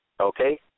okay